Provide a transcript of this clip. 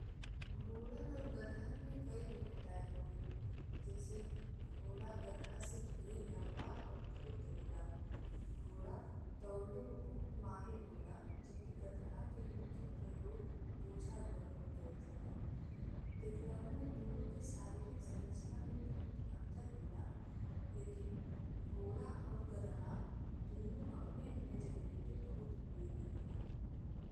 घोड़न और गधन में कई भिन्नताए होलिन, जैसे घोड़ा गधा से ढेर लंबा और फुर्त होला। घोड़ा दौड़ले में बहुत माहिर होला, जबकि गधा के मुख्‍य प्रयोग बोझा ढोएले में कैल जाला। देखलहुं में दुनो के शारीरिक संरचना में बहुत अंतर होला, लेकिन घोड़ा और गधा दुनो अपने-अपने जगहिही पे बहुत उपयोगी होले।